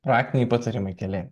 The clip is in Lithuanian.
praktiniai patarimai keli